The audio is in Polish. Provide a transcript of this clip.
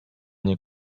nie